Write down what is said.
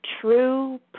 true